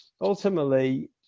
ultimately